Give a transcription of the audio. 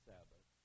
Sabbath